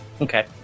Okay